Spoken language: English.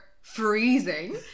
freezing